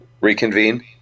reconvene